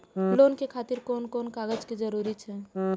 Loan के खातिर कोन कोन कागज के जरूरी छै?